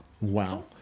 Wow